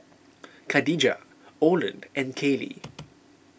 Kadijah Orland and Kaylee